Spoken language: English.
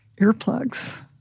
earplugs